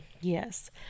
Yes